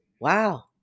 Wow